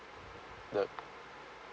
the